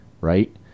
right